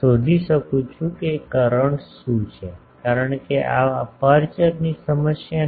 શોધી શકું છું કે કરંટ શું છે કારણ કે આ અપેર્ચરની સમસ્યા નથી